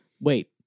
Wait